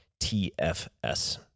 TFS